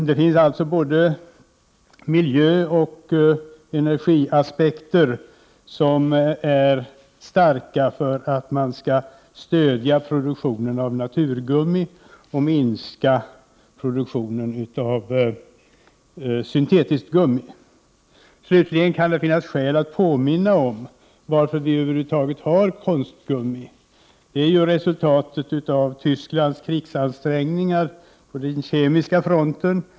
Det finns alltså både miljöoch energiaspekter som utgör starka argument för att man skall stödja produktionen av naturgummi och minska produktionen av syntetiskt gummi. Slutligen kan det finnas skäl att påminna om varför vi över huvud taget har konstgummi. Det är ju ett resultat av Tysklands krigsansträngningar på den kemiska fronten.